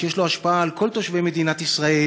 שיש לו השפעה על כל תושבי מדינת ישראל